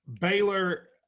Baylor